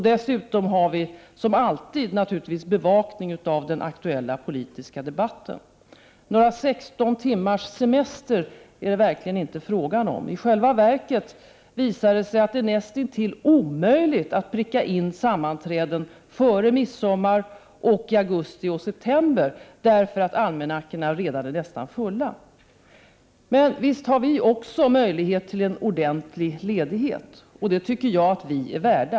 Dessutom har vi som alltid naturligtvis bevakningen av den aktuella politiska debatten. Några 16 veckors semester är det verkligen inte fråga om. I själva verket visar det sig att det är näst intill omöjligt att pricka in sammanträden före midsommar samt i augusti och september, därför att almanackorna redan är nästan fulla. Men visst har vi också möjlighet till en ordentlig ledighet, och den tycker jag att vi är värda.